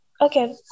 okay